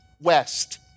West